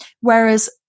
Whereas